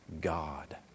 God